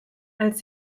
als